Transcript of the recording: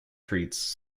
treats